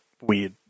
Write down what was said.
weird